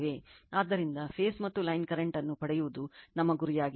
ಆದ್ದರಿಂದ ಫೇಸ್ ಮತ್ತು line current ಅನ್ನು ಪಡೆಯುವುದು ನಮ್ಮ ಗುರಿಯಾಗಿದೆ